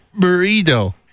burrito